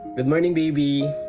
good morning, baby!